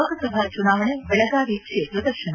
ಲೋಕಸಭಾ ಚುನಾವಣೆ ಬೆಳಗಾವಿ ಕ್ಷೇತ್ರ ದರ್ತನ